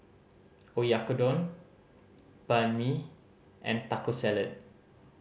Oyakodon Banh Mi and Taco Salad